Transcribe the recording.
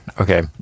okay